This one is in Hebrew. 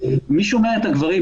מי שומע את הגברים?